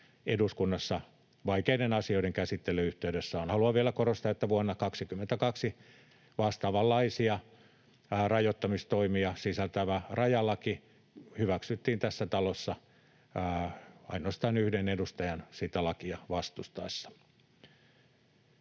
eduskunnassa vaikeiden asioiden käsittelyn yhteydessä on. Haluan vielä korostaa, että vuonna 22 vastaavanlaisia rajoittamistoimia sisältävä rajalaki hyväksyttiin tässä talossa ainoastaan yhden edustajan sitä lakia vastustaessa.